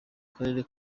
karere